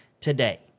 today